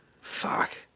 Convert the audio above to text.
Fuck